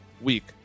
week